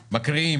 הבקשה.